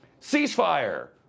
Ceasefire